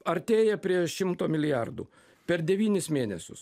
artėja prie šimto milijardų per devynis mėnesius